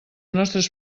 nostres